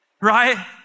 Right